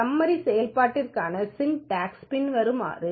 summary செயல்பாட்டிற்கான syntax பின்வருமாறு